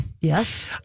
yes